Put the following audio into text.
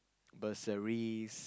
bursaries